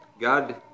God